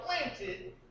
planted